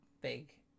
big